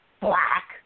Black